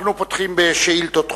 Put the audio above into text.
אנחנו פותחים בשאילתות דחופות.